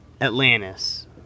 Atlantis